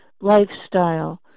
lifestyle